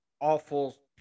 awful